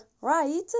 right